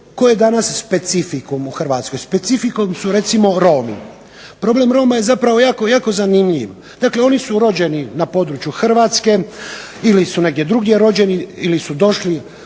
tko je danas specificum u Hrvatskoj? Specificum su recimo Romi. Problem Roma je zapravo jako zanimljiv. Dakle, oni su rođeni na području Hrvatske ili su negdje drugdje rođeni ili su došli